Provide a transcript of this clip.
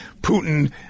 Putin